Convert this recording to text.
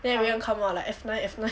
then everyone come out like F nine F nine